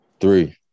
Three